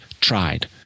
tried